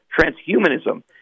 transhumanism